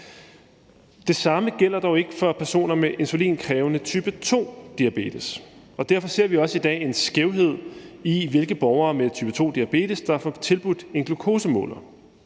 Det samme gælder dog ikke personer med insulinkrævende type 2-diabetes. Derfor ser vi også i dag en skævhed, i forhold til hvilke borgere med type 2-diabetes der får tilbudt en glukosemåler.